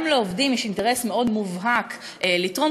גם לעובדים יש אינטרס מאוד מובהק לתרום